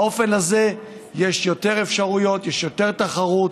באופן הזה יש יותר אפשרויות, יש יותר תחרות,